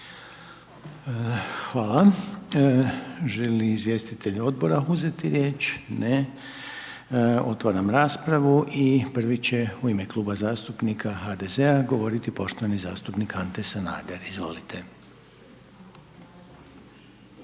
Hvala. Želi izvjestitelj odbora uzeti riječ, ne. Otvaram raspravu i prvi će u ime Kluba zastupnika HDZ-a govoriti poštovani zastupnik Ante Sanader. **Sanader,